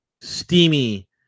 steamy